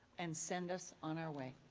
and send us on our way?